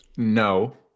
No